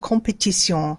compétition